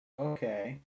Okay